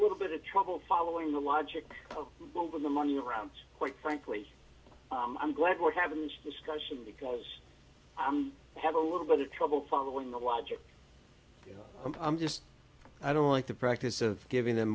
little bit of trouble following the logic of well the money quite frankly i'm glad we're having this discussion because i have a little bit of trouble following the logic you know i'm just i don't like the practice of giving them